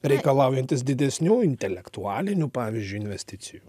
reikalaujantys didesnių intelektualinių pavyzdžiui investicijų